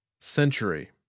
century